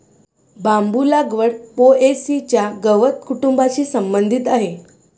बांबू लागवड पो.ए.सी च्या गवत कुटुंबाशी संबंधित आहे